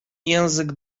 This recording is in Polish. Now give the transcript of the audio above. język